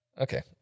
Okay